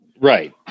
Right